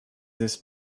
this